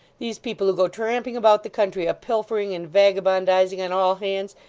these people, who go tramping about the country a-pilfering and vagabondising on all hands,